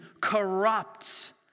corrupts